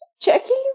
checking